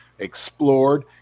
Explored